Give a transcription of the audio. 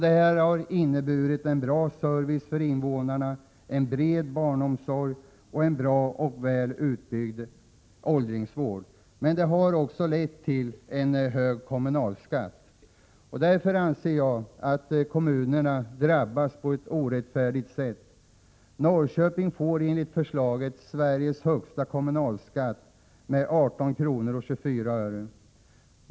Det har inneburit en bra service för invånarna, en bred barnomsorg och en bra och väl utbyggd åldringsvård, men det har också lett till en hög kommunalskatt. Därför anser jag att kommunerna drabbats på ett orättfärdigt sätt. Norrköping får enligt förslaget Sveriges högsta kommunalskatt, 18:24 kr.